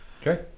Okay